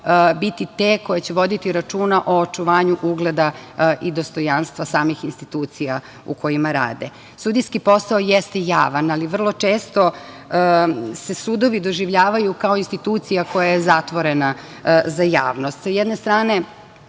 biti te koje će voditi računa o očuvanju ugleda i dostojanstva samih institucija u kojima rade. Sudijski posao jeste javan, ali vrlo često se sudovi doživljavaju kao institucija koja je zatvorena za javnost. Sa